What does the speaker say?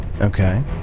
Okay